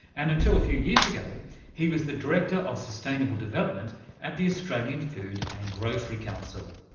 and until a few years ago he was the director of sustainable development at the australian food and grocery council.